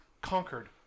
conquered